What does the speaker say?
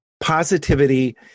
positivity